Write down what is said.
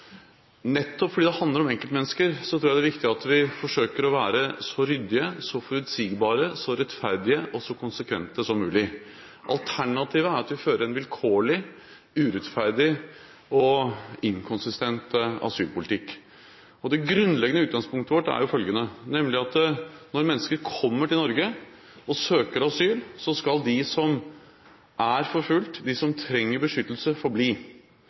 Nettopp fordi det handler om enkeltmennesker, tror jeg det er viktig at vi forsøker å være så ryddige, så forutsigbare, så rettferdige og så konsekvente som mulig. Alternativet er at vi fører en vilkårlig, urettferdig og inkonsistent asylpolitikk. Det grunnleggende utgangspunktet vårt er jo følgende: Når mennesker kommer til Norge og søker asyl, skal de som er forfulgt, de som trenger beskyttelse,